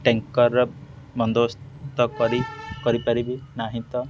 tanker ବନ୍ଦୋବସ୍ତ କରିପାରିବି ନାହିଁ ତ